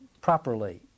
properly